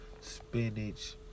Spinach